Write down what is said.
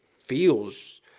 feels